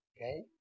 Okay